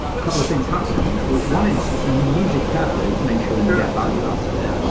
couple of things happen. one is you use it carefully to make sure you get value out of it.